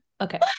Okay